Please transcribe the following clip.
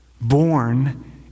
Born